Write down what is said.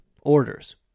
orders